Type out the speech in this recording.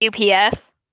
UPS